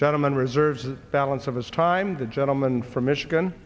gentleman reserves the balance of his time the gentleman from michigan